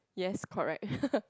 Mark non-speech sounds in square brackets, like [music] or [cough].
yes correct [laughs]